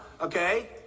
okay